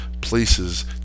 places